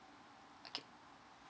okay